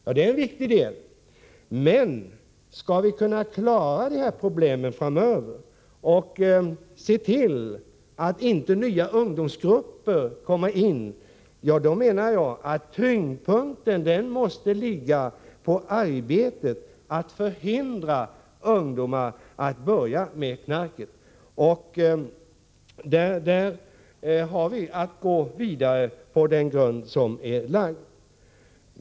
Ja, det är en viktig del, men om vi skall kunna klara de här problemen framöver och se till att inte nya ungdomsgrupper kommer in i missbruk, då menar jag att tyngdpunkten måste ligga på arbetet med att förhindra ungdomar att börja med knarket. Där har vi att gå vidare på den grund som är lagd.